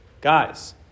Guys